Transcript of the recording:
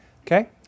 Okay